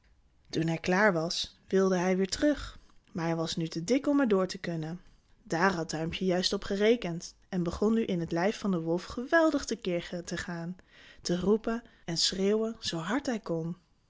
toen hij klaar was wilde hij weêr terug maar hij was nu te dik om er door te kunnen daar had duimpje juist op gerekend en begon nu in het lijf van de wolf geweldig te keer te gaan roepen en schreeuwen zoo hard hij kon